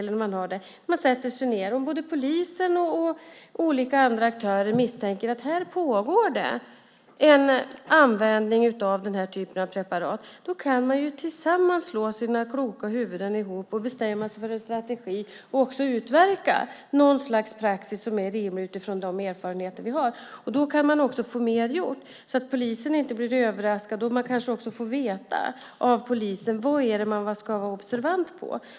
Om både polisen och andra aktörer misstänker att här pågår det en användning av den här typen av preparat kan man tillsammans slå sina kloka huvuden ihop, bestämma sig för en strategi och utverka något slags praxis som är rimlig utifrån de erfarenheter vi har. Då kan man också få mer gjort så att polisen inte blir överraskad. Man kanske också får veta av polisen vad det är man ska vara observant på.